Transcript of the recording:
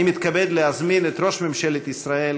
אני מתכבד להזמין את ראש ממשלת ישראל,